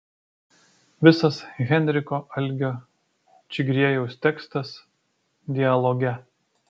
visas henriko algio čigriejaus tekstas dialoge